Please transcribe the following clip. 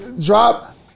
drop